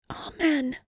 Amen